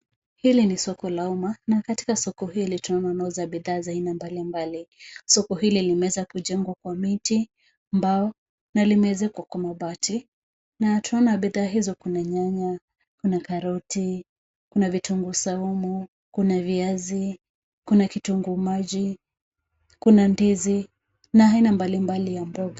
Hili ni soko la umma na katika soko hili tunaona wanaunauza bidhaa za aina mbalimbali. Soko hili limeweza kujengwa kwa miti , mbao na limeezekwa kwa mabati na tunaona bidhaa hizo kuna nyanya, kuna karoti, kuna vitunguu saumu, kuna viazi, kuna kitunguu maji, kuna ndizi na aina mbalimbali ya mboga.